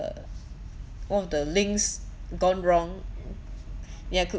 uh one of the links gone wrong ya